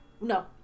no